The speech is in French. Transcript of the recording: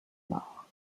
morts